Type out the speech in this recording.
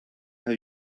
have